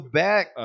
back